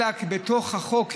אלא בתוך החוק,